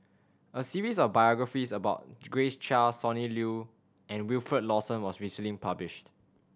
a series of biographies about Grace Chia Sonny Liew and Wilfed Lawson was recently published